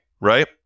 right